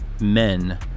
men